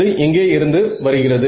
அது எங்கே இருந்து வருகிறது